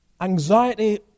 anxiety